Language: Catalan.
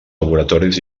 laboratoris